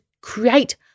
create